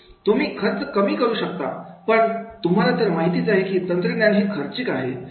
तुम्ही खर्च कमीत कमी करू शकता पण तुम्हाला तर माहितीच आहे की तंत्रज्ञान हे खर्चिक आहे